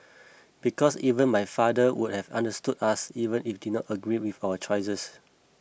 because even my father would have understood us even if he did not agree with our choices